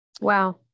wow